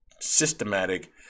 systematic